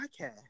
podcast